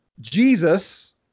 Jesus